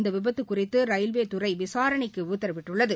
இந்த விபத்து குறித்து ரயில்வேத்துறை விசாரணைக்கு உத்தரவிட்டுள்ளது